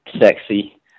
sexy